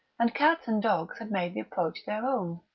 and cats and dogs had made the approach their own.